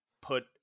put